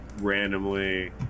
randomly